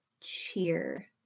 cheer